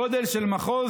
גודל של מחוז